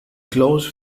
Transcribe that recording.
close